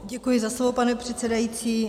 Děkuji za slovo, pane předsedající.